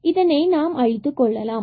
எனவே நான் இதனை அழிக்கிறேன்